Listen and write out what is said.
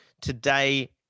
Today